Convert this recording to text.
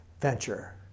venture